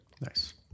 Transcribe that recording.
Nice